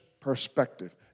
perspective